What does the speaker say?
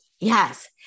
Yes